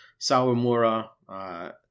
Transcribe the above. Sawamura